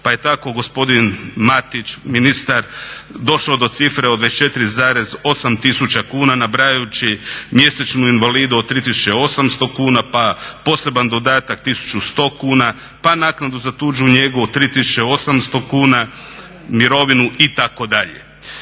pa je tako gospodin Matić ministar došao do cifre od 24,8 tisuća kuna nabrajajući mjesečnu invalidninu od 3 tisuće 800 kuna pa poseban dodatak tisuću 100 kuna, pa naknadu za tuđu njegu od 3 tisuće 800 kuna, mirovinu itd.